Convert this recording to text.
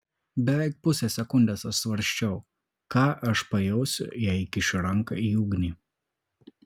beveik pusę sekundės aš svarsčiau ką aš pajausiu jei įkišiu ranką į ugnį